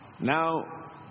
Now